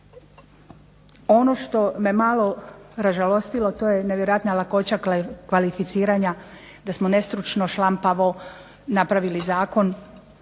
Ono što me malo ražalostilo to je nevjerojatna lakoća kvalificiranja da smo nestručno, šlampavo napravili zakon.